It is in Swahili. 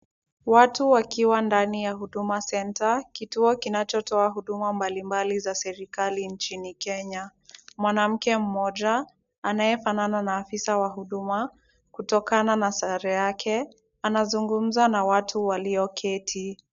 Watu wakiwa ndani ya Huduma centre , kitu kinachotoa huduma mbali mbali za serikali nchini Kenya. Mwanamke mmoja, anayefanana na afisa wa huduma kutokana na sare yake, anazungumza na watu walioketi.